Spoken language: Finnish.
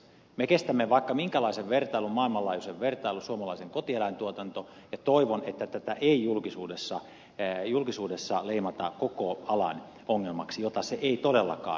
me kestämme vaikka minkälaisen vertailun maailmanlaajuisen vertailun suomalaiseen kotieläintuotantoon ja toivon että tätä ei julkisuudessa leimata koko alan ongelmaksi jota se ei todellakaan ole